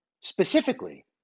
specifically